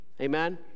Amen